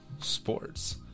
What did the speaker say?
sports